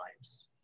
lives